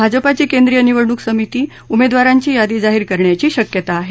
भाजपाची केंद्रीय निवडणूक समिती उमेदवारांची यादी जाहीर करण्याची शक्यता आहे